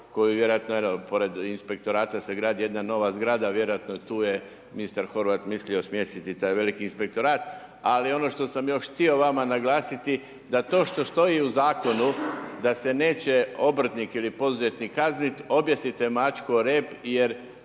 koju vjerojatno eno, pored inspektorata se gradi jedna nova zgrada, vjerojatno tu je ministar Horvat mislio smjestiti taj inspektorat ali ono što sam još htio vama naglasiti da to što stoji u zakonu da se neće obrtnik ili poduzetnik kazniti, objesite mačku o repu jer